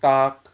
ताक